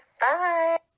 Bye